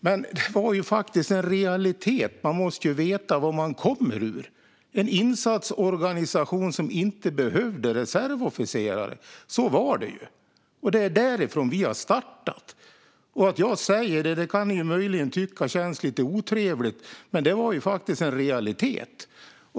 Men det var faktiskt en realitet; man måste ju veta vad man kommer ur, nämligen en insatsorganisation som inte behövde reservofficerare. Så var det ju. Det är därifrån vi har startat. Att jag säger det kan debattörerna möjligen tycka känns lite otrevligt, men det är faktiskt en realitet.